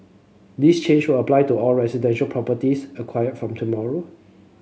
this change will apply to all residential properties acquired from tomorrow